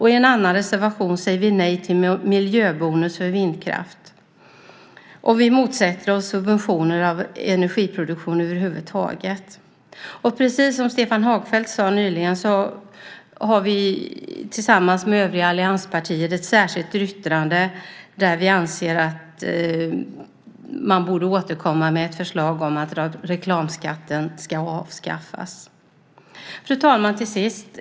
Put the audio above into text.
I en annan reservation säger vi nej till miljöbonus för vindkraft. Vi motsätter oss subventioner av energiproduktion över huvud taget. Precis som Stefan Hagfeldt sade nyligen har vi tillsammans med övriga allianspartier ett särskilt yttrande där vi anser att man borde återkomma med ett förslag om att reklamskatten ska avskaffas. Fru talman!